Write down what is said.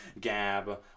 Gab